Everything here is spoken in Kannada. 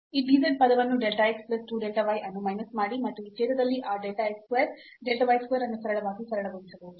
ಈ dz ಪದವನ್ನು delta x plus 2 delta y ಅನ್ನು ಮೈನಸ್ ಮಾಡಿ ಮತ್ತು ಈ ಛೇದದಲ್ಲಿ ಆ delta x square delta y square ಅನ್ನು ಸರಳವಾಗಿ ಸರಳಗೊಳಿಸಬಹುದು